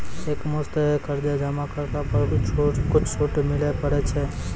एक मुस्त कर्जा जमा करला पर कुछ छुट मिले पारे छै?